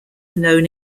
known